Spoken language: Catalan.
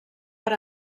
per